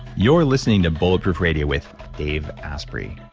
you're listening to bulletproof radio with dave asprey.